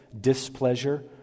displeasure